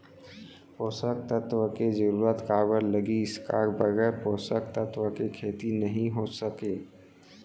पोसक तत्व के जरूरत काबर लगिस, का बगैर पोसक तत्व के खेती नही हो सके?